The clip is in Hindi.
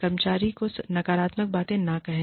कर्मचारी को नकारात्मक बातें न कहें